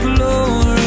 Glory